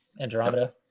Andromeda